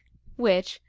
which,